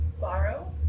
borrow